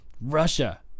russia